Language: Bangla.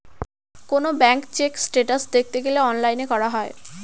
কোনো ব্যাঙ্ক চেক স্টেটাস দেখতে গেলে অনলাইনে করা যায়